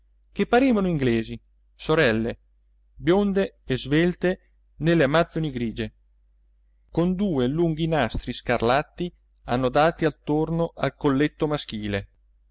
che parevano inglesi sorelle bionde e svelte nelle amazzoni grige con due lunghi nastri scarlatti annodati attorno al colletto maschile